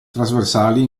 trasversali